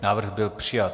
Návrh byl přijat.